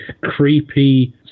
creepy